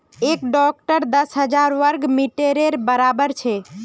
एक हेक्टर दस हजार वर्ग मिटरेर बड़ाबर छे